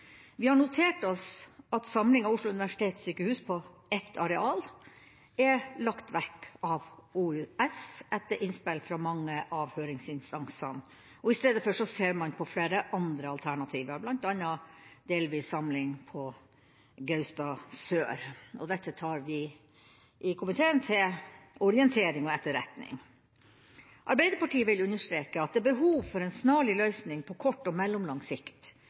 Vi har notert oss at samling av Oslo universitetssykehus på ett areal er lagt vekk av styret ved OUS, etter innspill fra mange av høringsinstansene. Istedenfor ser man på flere andre alternativer, bl.a. delvis samling på Gaustad sør. Dette tar vi i komiteen til orientering og etterretning. Arbeiderpartiet vil understreke at det er behov for en snarlig løsning på kort og mellomlang sikt